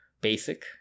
basic